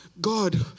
God